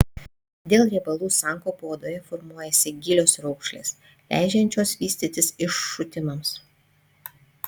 dėl riebalų sankaupų odoje formuojasi gilios raukšlės leidžiančios vystytis iššutimams